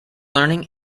learning